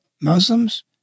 Muslims